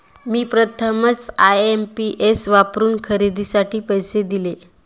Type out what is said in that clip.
मी प्रथमच आय.एम.पी.एस वापरून खरेदीसाठी पैसे दिले